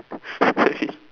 hey